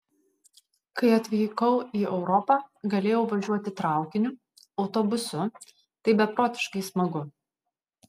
kai atvykau į europą galėjau važiuoti traukiniu autobusu tai beprotiškai smagu